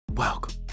Welcome